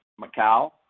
Macau